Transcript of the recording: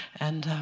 and